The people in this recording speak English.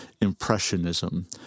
impressionism